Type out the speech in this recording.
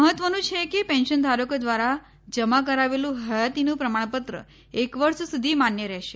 મહત્વનું છે કે પેન્શન ધારકો દ્વારા જમા કરાવેલું હયાતીનું પ્રમાણપત્ર એક વર્ષ સુધી માન્ય રહેશે